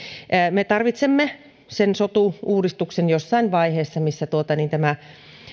me tarvitsemme sen sotu uudistuksen jossain vaiheessa missä tämä